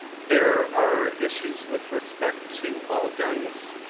there are issues with respect to all guns.